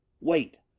Wait